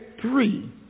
three